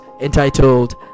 entitled